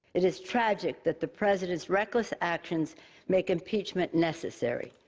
it is tragic that the president's reckless actions make impeachment necessary.